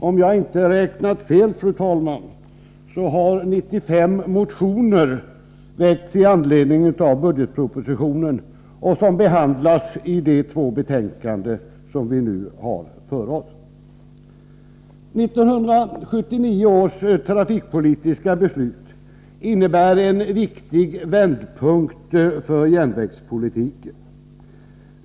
Om jag inte räknat fel, fru talman, så har 95 motioner väckts med anledning av budgetpropositionen, och de har behandlats i de två betänkanden som vi nu har framför oss. 1979 års trafikpolitiska beslut innebär en viktig vändpunkt för järnvägspolitiken.